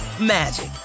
magic